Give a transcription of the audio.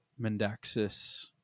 Mendaxis